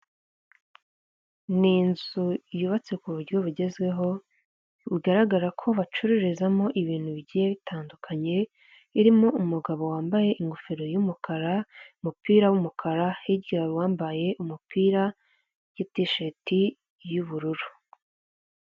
Ni inzu yubatse ku buryo bugezweho bugaragara ko bacururizamo ibintu bigiye bitandukanye irimo umugabo wambaye ingofero y'umukara, umupira w'umukara hirya hari wambaye umupira wa tisheti y'ubururu.